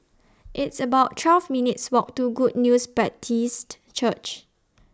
It's about twelve minutes' Walk to Good News Baptist Church